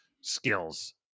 skills